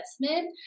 investment